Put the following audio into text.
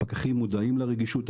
הפקחים מודעים לרגישות.